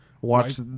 Watch